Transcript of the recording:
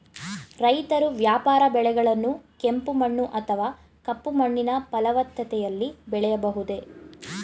ರೈತರು ವ್ಯಾಪಾರ ಬೆಳೆಗಳನ್ನು ಕೆಂಪು ಮಣ್ಣು ಅಥವಾ ಕಪ್ಪು ಮಣ್ಣಿನ ಫಲವತ್ತತೆಯಲ್ಲಿ ಬೆಳೆಯಬಹುದೇ?